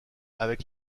avec